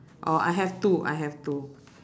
oh I have two I have two